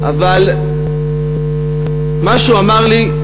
אבל משהו אמר לי: